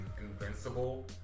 invincible